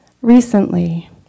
Recently